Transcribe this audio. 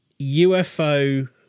ufo